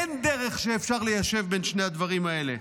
אין דרך שאפשר ליישב בין שני הדברים האלה.